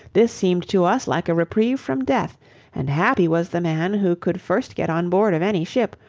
this seemed to us like a reprieve from death and happy was the man who could first get on board of any ship,